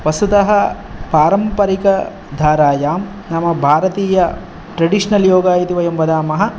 वस्तुतः पारम्परिकधारायां नाम बारतीय ट्रेडिशनल् योगा इति वयं वदामः